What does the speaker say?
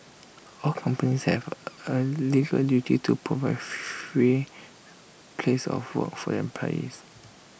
all companies have A legal duty to provide A free place of work for their employees